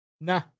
nah